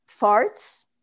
Farts